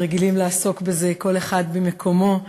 שרגילים לעסוק בזה כל אחד ממקומו,